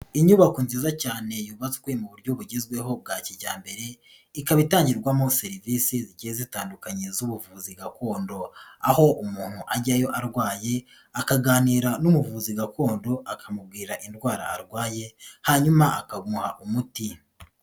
Inyubako nziza cyane yubatswe mu buryo bugezweho bwa kijyambere, ikaba itangirwamo serivisigiye zigiye zitandukanye z'ubuvuzi gakondo. Aho umuntu ajyayo arwaye, akaganira n'umuvuzi gakondo akamubwira indwara arwaye, hanyuma akamuha umuti.